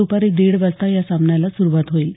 द्पारी दीड वाजता या सामन्याला सुरुवात होईल